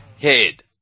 head